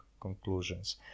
conclusions